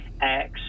Acts